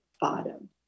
bottom